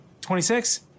26